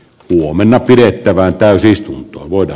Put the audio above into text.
huomenna pyytävän täytyisi voida